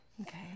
Okay